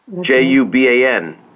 J-U-B-A-N